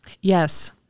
yes